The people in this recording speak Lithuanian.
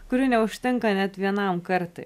kurių neužtenka net vienam kartui